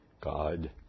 God